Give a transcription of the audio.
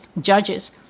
judges